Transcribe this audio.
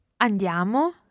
Andiamo